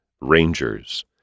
Rangers